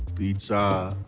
pizza,